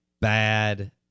bad